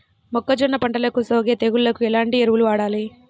మొక్కజొన్న పంటలకు సోకే తెగుళ్లకు ఎలాంటి ఎరువులు వాడాలి?